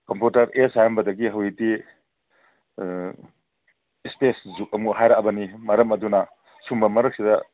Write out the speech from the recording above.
computer age ꯍꯥꯏꯔꯝꯕꯗꯒꯤ ꯍꯧꯖꯤꯛꯇꯤ space ꯖꯨꯛ ꯑꯃꯨꯛ ꯍꯥꯏꯔꯛꯑꯕꯅꯤ ꯃꯔꯝ ꯑꯗꯨꯅ ꯁꯨꯝꯕ ꯃꯔꯛꯁꯤꯗ